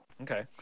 Okay